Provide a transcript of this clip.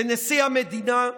לנשיא המדינה.